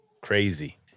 Crazy